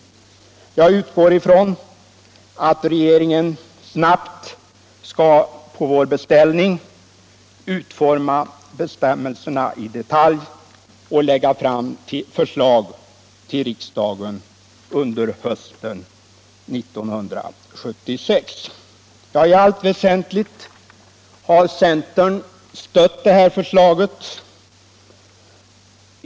Jag utgår från att regeringen snabbt, på vår beställning, skall utforma bestämmelserna i detalj och lägga fram förslag till riksdagen under hösten 1976. I allt väsentligt har centern stött det här förslaget.